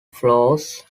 flows